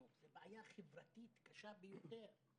זו בעיה חברתית קשה ביותר.